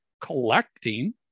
collecting